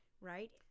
right